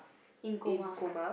in coma